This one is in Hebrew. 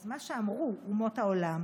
אז מה שאמרו אומות העולם